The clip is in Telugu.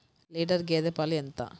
లీటర్ గేదె పాలు ఎంత?